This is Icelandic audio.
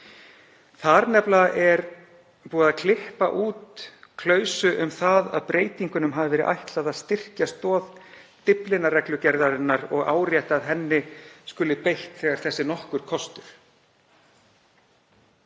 er nefnilega búið að klippa út klausu um það að breytingunum hafi verið ætlað að styrkja stoð Dyflinnarreglugerðarinnar og árétta að henni skuli beitt þegar þess er nokkur kostur.